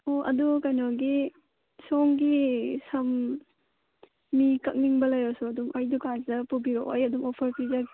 ꯑꯣ ꯑꯗꯨ ꯀꯩꯅꯣꯒꯤ ꯁꯣꯝꯒꯤ ꯁꯝ ꯃꯤ ꯀꯛꯅꯤꯡꯕ ꯂꯩꯔꯁꯨ ꯑꯗꯨꯝ ꯑꯩ ꯗꯨꯀꯥꯟꯁꯤꯗ ꯄꯨꯕꯤꯔꯛꯑꯣ ꯑꯩ ꯑꯗꯨꯝ ꯑꯣꯐꯔ ꯄꯤꯖꯒꯦ